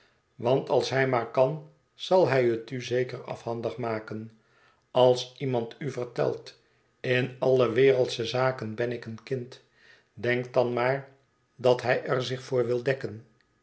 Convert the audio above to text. want als hij maar kan zal hij het u zeker afhandig maken als iemand u vertelt in alle wereldsche zaken ben ik een kind denk dan maar dat hij er zich voor wil dekken